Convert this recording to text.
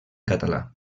català